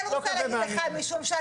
תני לי לנמק, מאמי, תני לי לנמק.